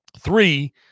three